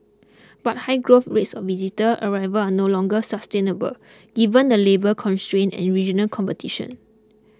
but high growth rates of visitor arrival are no longer sustainable given the labour constraints and regional competition